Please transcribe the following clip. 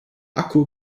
akku